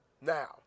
Now